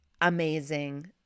amazing